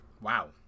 Wow